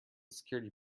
security